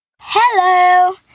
Hello